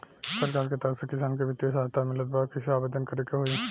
सरकार के तरफ से किसान के बितिय सहायता मिलत बा कइसे आवेदन करे के होई?